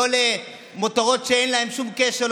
לא למותרות שאין להן שום קשר,